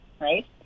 right